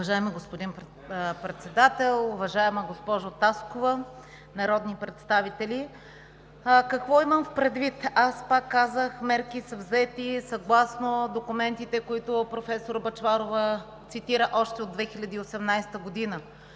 Уважаеми господин Председател, уважаема госпожо Таскова, народни представители! Какво имам предвид? Аз казах – мерки са взети съгласно документите, които професор Бъчварова цитира още от 2018 г.